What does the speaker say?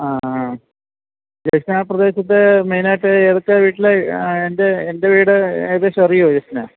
അ അ ജെസ്റ്റിനാ പ്രദേശത്തെ മെയിനായിട്ട് എതൊക്കെ വീട്ടിലെ എൻ്റെ എൻ്റെ വീട് ഏകദേശം അറിയമോ ജെസ്റ്റിന്